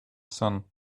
sun